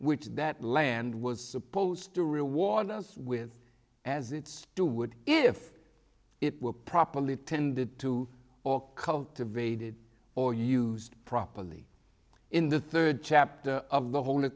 which that land was supposed to reward us with as it's to would if it were properly tended to or cultivated or used properly in the third chapter of the whole